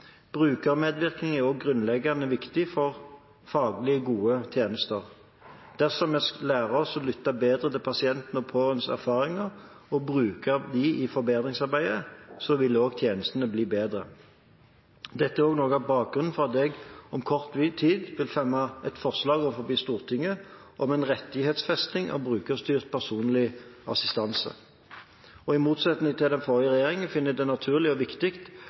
Brukermedvirkning er også grunnleggende viktig for faglig gode tjenester. Dersom vi lærer oss å lytte bedre til pasientene og pårørendes erfaringer og bruker dem i forbedringsarbeidet, vil også tjenestene bli bedre. Dette er også noe av bakgrunnen for at jeg om kort tid vil fremme et forslag overfor Stortinget om en rettighetsfesting av brukerstyrt personlig assistanse. I motsetning til den forrige regjeringen finner jeg det naturlig og viktig